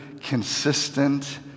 consistent